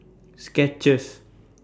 Skechers